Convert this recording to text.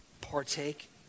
partake